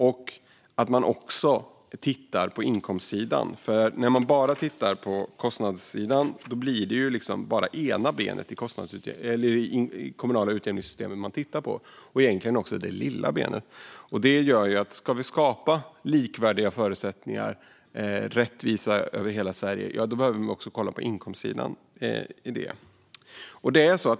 Man måste också titta på inkomstsidan, för om man bara ser på kostnadssidan blir det bara ena benet i det kommunala utjämningssystemet som man tittar på. Det är egentligen också det lilla benet. Om vi ska skapa likvärdiga och rättvisa förutsättningar över hela Sverige behöver vi också kolla på inkomstsidan.